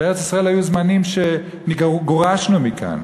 בארץ-ישראל, היו זמנים שגורשנו מכאן.